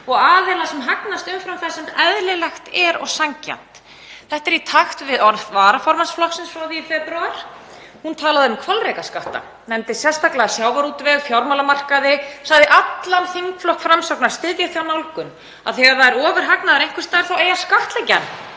og aðila sem hagnast umfram það sem eðlilegt er og sanngjarnt. Þetta er í takt við orð varaformanns flokksins frá því í febrúar, hún talaði um hvalrekaskatt, nefndi sérstaklega sjávarútveg, fjármálamarkaði, sagði allan þingflokk Framsóknar styðja þá nálgun því að ef það sé ofurhagnaður einhvers staðar þá eigi að skattleggja